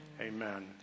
Amen